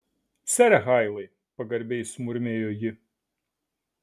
sere hailai pagarbiai sumurmėjo ji